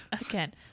again